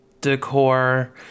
decor